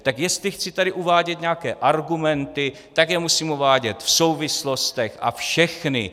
Tak jestli chci tady uvádět nějaké argumenty, tak je musím uvádět v souvislostech a všechny.